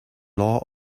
law